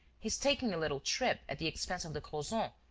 he's taking a little trip at the expense of the crozons,